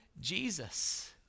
Jesus